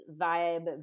vibe